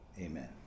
Amen